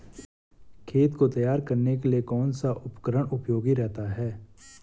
खेत को तैयार करने के लिए कौन सा उपकरण उपयोगी रहता है?